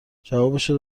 جوابشو